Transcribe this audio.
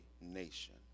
nation